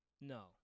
no